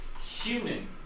human